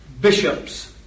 bishops